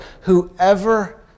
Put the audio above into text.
whoever